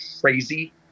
crazy